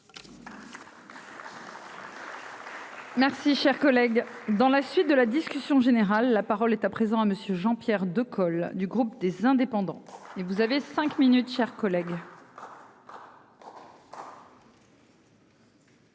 Merci cher collègue. Dans la suite de la discussion générale. La parole est à présent à monsieur Jean-Pierre de col du groupe des indépendants et vous avez 5 minutes, chers collègues.